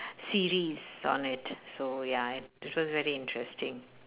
series on it so ya it was very interesting